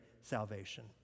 salvation